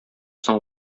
соң